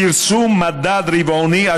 פרסום מדד רבעוני,